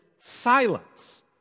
silence